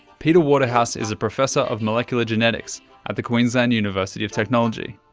peter waterhouse is professor of molecular genetics at the queensland university of technology.